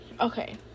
okay